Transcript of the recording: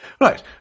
right